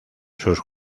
sus